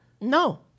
No